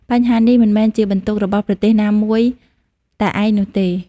បញ្ហានេះមិនមែនជាបន្ទុករបស់ប្រទេសណាមួយតែឯងនោះទេ។